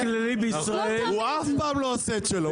הוא אף פעם לא עושה את שלו.